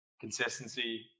Consistency